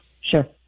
sure